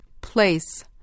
Place